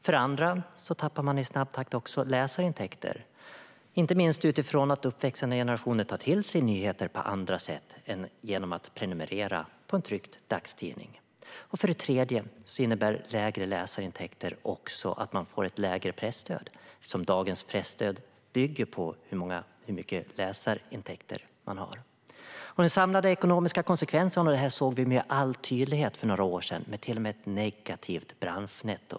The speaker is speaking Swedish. För det andra tappar man i snabb takt också läsarintäkter, inte minst därför att uppväxande generationer tar till sig nyheter på andra sätt än genom att prenumerera på en tryckt dagstidning. För det tredje innebär lägre läsarintäkter också att man får ett lägre presstöd, eftersom dagens presstöd bygger på hur mycket läsarintäkter man har. Den samlade ekonomiska konsekvensen av det här såg vi med all tydlighet för några år sedan i form av ett negativt branschnetto.